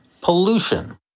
pollution